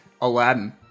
Aladdin